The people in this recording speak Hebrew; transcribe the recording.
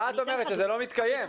את אומרת שזה לא מתקיים?